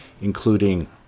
including